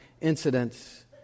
incidents